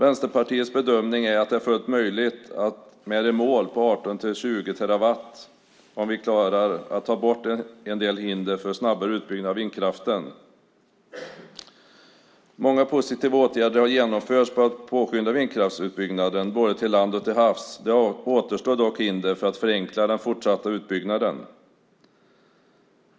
Vänsterpartiets bedömning är att det vore fullt möjligt med ett mål på 18-20 terawattimmar om vi lyckas ta bort en del hinder för en snabbare utbyggnad av vindkraften. Många positiva åtgärder har vidtagits för att påskynda vindkraftsutbyggnaden både på land och till havs. Det återstår dock hinder för att kunna förenkla den fortsatta utbyggnaden.